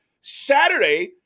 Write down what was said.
Saturday